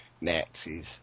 Nazis